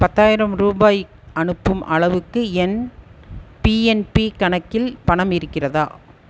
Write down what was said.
பத்தாயிரம் ரூபாய் அனுப்பும் அளவுக்கு என் பிஎன்பி கணக்கில் பணம் இருக்கிறதா